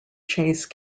chase